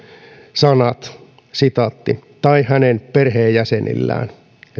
sanat tai hänen perheenjäsenillään